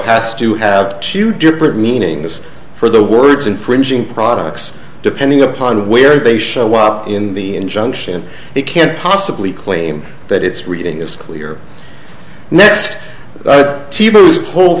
has to have two different meanings for the words infringing products depending upon where they show up in the injunction they can't possibly claim that it's reading is clear next whole